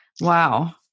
Wow